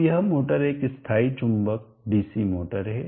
अब यह मोटर एक स्थायी चुंबक डीसी मोटर है